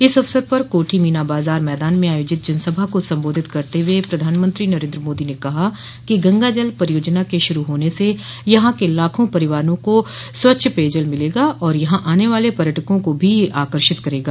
इस अवसर पर कोठी मीना बाजार मैदान में आयोजित जनसभा को संबोधित करते हुए प्रधानमंत्री नरेन्द्र मोदी ने कहा कि गंगाजल परियोजना के श्रू होने से यहां के लाखों परिवारों को स्वच्छ पेयजल मिलेगा और यहां आने वाले पर्यटकों को भी यह आकर्षित करेगा